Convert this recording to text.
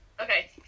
Okay